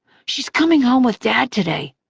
she's coming home with dad today.